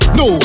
no